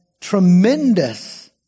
tremendous